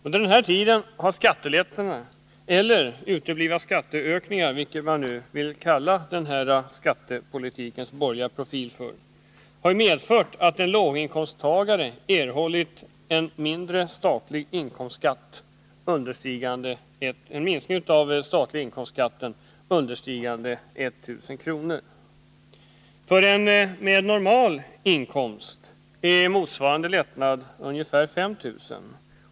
Under denna tid har skattelättnaderna eller uteblivna skatteökningar, hur man nu vill kalla skattepolitikens borgerliga profil, medfört att en låginkomsttagare erhållit en minskning av den statliga inkomstskatten understigande 1 000 kr. För en person med normal inkomst är motsvarande lättnad ungefär 5000 kr.